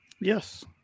Yes